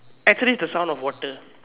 actually it's the sound of water